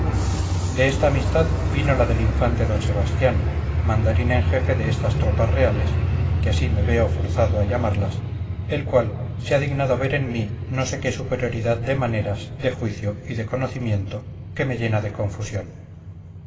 de esta amistad vino la del infante d sebastián mandarín en jefe de estas tropas reales que así me veo forzado a llamarlas el cual se ha dignado ver en mí no sé qué superioridad de maneras de juicio y de conocimiento que me llena de confusión